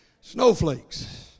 Snowflakes